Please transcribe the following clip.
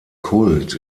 kult